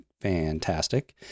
fantastic